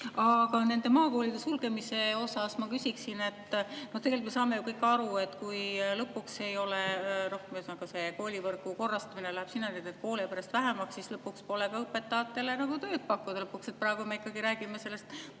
Aga nende maakoolide sulgemise kohta ma küsiksin, et tegelikult me saame ju kõik aru, et kui lõpuks ei ole rohkem … Ühesõnaga, kui see koolivõrgu korrastamine läheb sinnapoole, et koole jääb järjest vähemaks, siis pole ka õpetajatele tööd pakkuda lõpuks. Praegu me ikkagi räägime sellest,